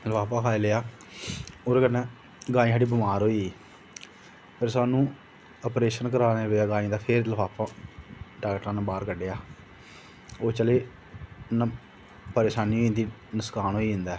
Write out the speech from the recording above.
लफाफा खाई लेआ ओह्दे कन्नै साढ़ी गाय बमार होई ते स्हानू अप्रेशन कराना पेआ गाय दा फिर लफाफा डॉक्टरा नै बाहर कड्ढेआ ते ओह्दे च परेशानी नुक्सान होई जंदा ऐ